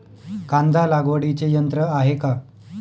कांदा लागवडीचे यंत्र आहे का?